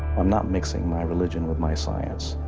i'm not mixing my religion with my science.